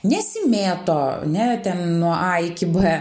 nesimėto ne ten nuo a iki b